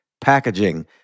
packaging